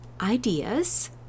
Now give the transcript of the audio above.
ideas